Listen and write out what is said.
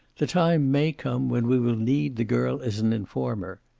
the time may come when we will need the girl as an informer.